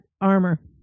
armor